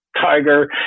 Tiger